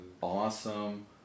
awesome